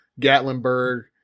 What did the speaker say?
Gatlinburg